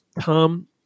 Tom